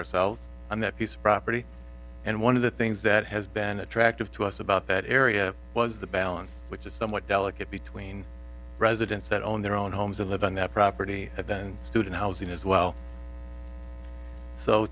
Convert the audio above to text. ourselves on that piece of property and one of the things that has been attractive to us about that area was the balance which is somewhat delicate between residents that own their own homes and live on that property and then student housing as well so